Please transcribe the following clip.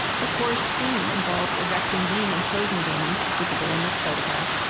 the corps' scheme involved erecting wing and closing dams, visible in this photograph,